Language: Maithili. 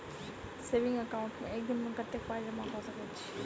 सेविंग एकाउन्ट मे एक दिनमे कतेक पाई जमा कऽ सकैत छी?